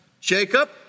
Jacob